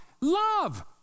love